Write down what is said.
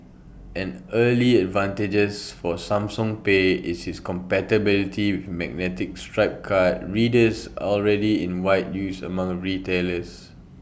an early advantages for Samsung pay is its compatibility with magnetic stripe card readers already in wide use among retailers